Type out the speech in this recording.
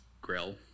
grill